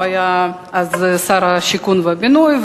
הוא היה אז שר השיכון והבינוי,